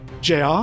JR